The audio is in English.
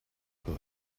boy